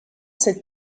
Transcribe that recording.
cette